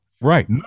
Right